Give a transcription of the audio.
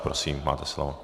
Prosím, máte slovo.